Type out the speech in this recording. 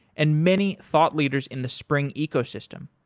and many thought leaders in the spring ecosystem.